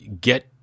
get